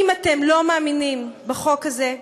אם אתם לא מאמינים בחוק הזה,